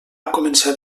començar